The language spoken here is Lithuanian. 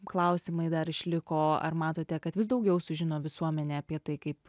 klausimai dar išliko ar matote kad vis daugiau sužino visuomenė apie tai kaip